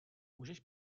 můžeš